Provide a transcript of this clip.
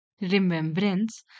Remembrance